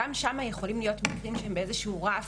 גם שם יכולים להיות מונחים של איזה שהוא רף.